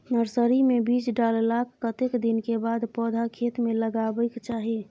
Nursery मे बीज डाललाक कतेक दिन के बाद पौधा खेत मे लगाबैक चाही?